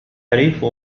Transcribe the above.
أعرف